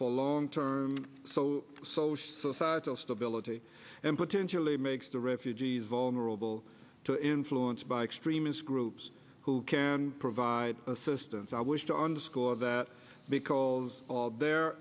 for long term social societal stability and potentially makes the refugees vulnerable to influence by extremist groups who can provide assistance i wish to underscore that because there